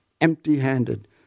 empty-handed